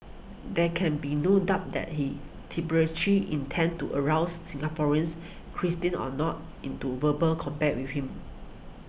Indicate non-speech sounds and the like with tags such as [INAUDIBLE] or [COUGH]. there can be no doubt that he [UNINTELLIGIBLE] intended to arouse Singaporeans Christians or not into verbal combat with him